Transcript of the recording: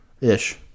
Ish